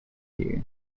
queue